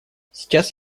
сейчас